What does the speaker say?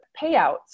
payouts